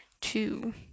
two